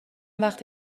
وقت